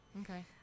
okay